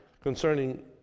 concerning